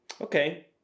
Okay